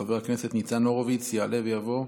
חבר הכנסת ניצן הורוביץ יעלה ויבוא.